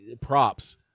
props